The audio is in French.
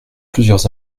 plusieurs